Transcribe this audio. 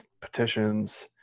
petitions